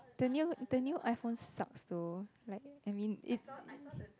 the new the new iPhone sucks though like I mean it